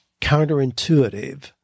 counterintuitive